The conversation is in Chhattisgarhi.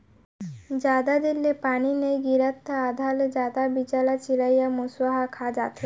जादा दिन ले पानी नइ गिरय त आधा ले जादा बीजा ल चिरई अउ मूसवा ह खा जाथे